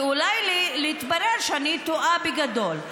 ואולי יתברר שאני טועה בגדול.